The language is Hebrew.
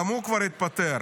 גם הוא כבר התפטר.